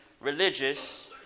religious